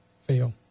fail